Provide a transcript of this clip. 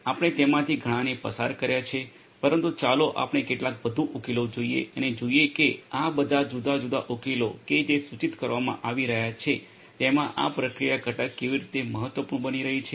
આપણે તેમાંથી ઘણાને પસાર કર્યા છે પરંતુ ચાલો આપણે કેટલાક વધુ ઉકેલો જોઈએ અને જોઈએ કે આ બધા જુદા જુદા ઉકેલો કે જે સૂચિત કરવામાં આવી રહ્યા છે તેમાં આ પ્રક્રિયા ઘટક કેવી રીતે મહત્વપૂર્ણ બની રહી છે